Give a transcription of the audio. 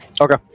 Okay